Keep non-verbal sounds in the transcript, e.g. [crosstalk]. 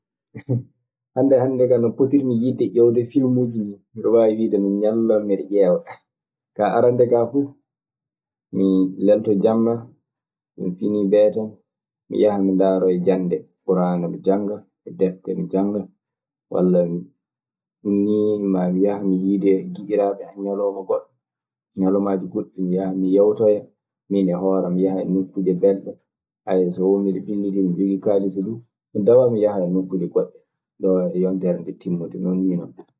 [hesitation] hannde hannde kaa no potirmi yidde ƴewde filmuuji nii, miɗe waawi wiide mi ñallan miɗe ƴeewa. Ka arannde kaa fuu mi lelto jamma, mi finii beetee mi yahan mi ndaaroya jannde ngura'aana mi jannga e defte mi jannga. E walla ɗum nii ma mi yahan mi yiidoya e giƴiraaɓe am ñalooma goɗɗo, ñalomaaji goɗɗi mi yahan mi yewtoya.